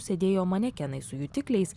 sėdėjo manekenai su jutikliais